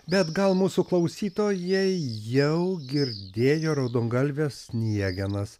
bet gal mūsų klausytojai jau girdėjo raudongalves sniegenas